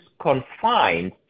confined